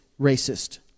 racist